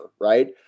right